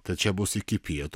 tad čia bus iki pietų